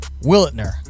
Willitner